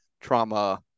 trauma